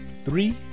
Three